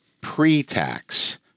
pre-tax